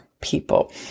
People